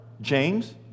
James